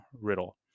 Riddle